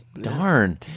Darn